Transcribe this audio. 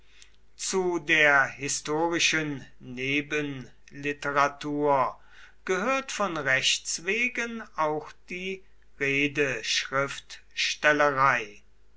zu der historischen nebenliteratur gehört von rechts wegen auch die redeschriftstellerei die rede